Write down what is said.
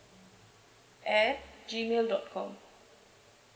at G mail dot com